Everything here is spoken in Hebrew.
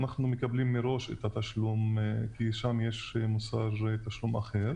אנחנו מקבלים את התשלום מראש כי שם יש מוסר תשלומים אחר.